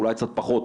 אולי קצת פחות,